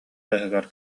таһыгар